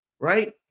right